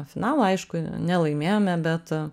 finalo aišku nelaimėjome bet